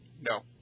No